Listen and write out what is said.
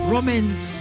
Romans